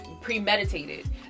premeditated